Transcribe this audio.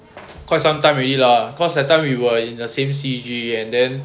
for quite some time already lah cause that time we were in the same C_G and then